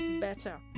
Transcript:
better